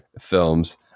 films